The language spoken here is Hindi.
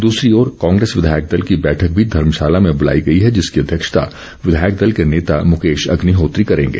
दूसरी ओर कांग्रेस विधायक दल की बैठक भी धर्मशाला में बुलाई गई है जिसकी अध्यक्षता विधायक दल के नेता मुकेश अग्निहोत्री करेंगे